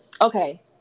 Okay